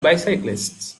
bicyclists